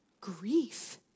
grief